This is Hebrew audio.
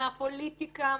מהפוליטיקה,